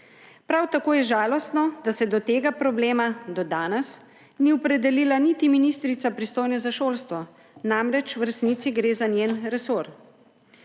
Prav tako je žalostno, da se do tega problema do danes ni opredelila niti ministrica, pristojna za šolstvo. Namreč v resnici gre za njen resor.